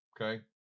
Okay